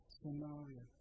scenario